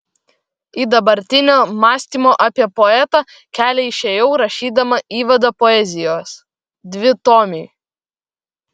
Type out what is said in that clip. į dabartinio mąstymo apie poetą kelią išėjau rašydama įvadą poezijos dvitomiui